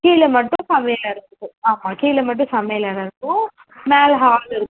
கீழே மட்டும் சமையலறை இருக்கும் ஆமாம் கீழே மட்டும் சமையலறை இருக்கும் மேலே ஹால் இருக்கும்